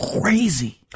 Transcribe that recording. crazy